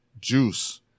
Juice